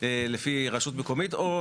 לפי רשות מקומית או